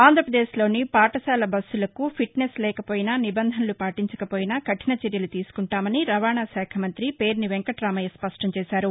అంధ్రాపదేశ్లోని పాఠశాల బస్సులకు ఫిట్నెస్ లేకపోయినా నిబంధనలు పాటించకపోయినా కఠిన చర్యలు తీసుకుంటామని రవాణాశాఖ మంత్రి పేర్ని వెంకటరామయ్య స్పష్టంచేశారు